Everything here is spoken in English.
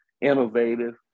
innovative